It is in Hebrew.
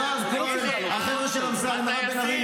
המתנחלים, הספרדים, המסורתיים.